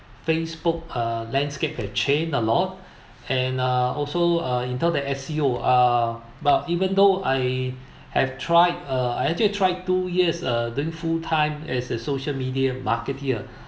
Facebook uh landscape had change a lot and uh also uh in term of S_C_O uh but even though I have tried uh I actually tried two years uh doing full time as a social media marketeer